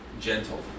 gentle